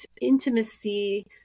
intimacy